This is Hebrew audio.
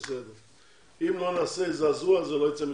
אם לא נעשה זעזוע, כלום לא יצא מזה.